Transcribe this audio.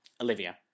Olivia